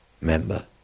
member